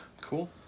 Cool